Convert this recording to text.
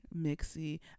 mixy